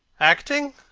acting!